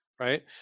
Right